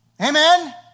Amen